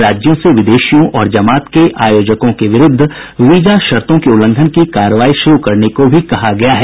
राज्यों से विदेशियों और जमात के आयोजकों के विरूद्व वीजा शर्तों के उल्लंघन की कार्रवाई शुरू करने को भी कहा गया है